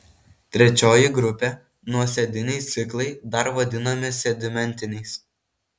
trečioji grupė nuosėdiniai ciklai dar vadinami sedimentiniais